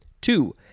Two